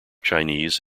chinese